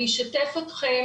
אני אשתף אתכם